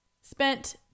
spent